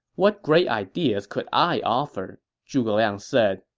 what great ideas could i offer? zhuge liang said,